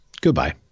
goodbye